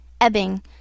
ebbing